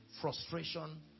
frustration